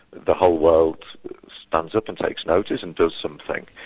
the whole world stands up and takes notice and does something.